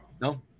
no